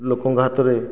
ଲୋକଙ୍କ ହାତରେ